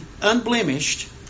unblemished